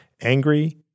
Angry